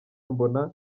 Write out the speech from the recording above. mbona